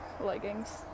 leggings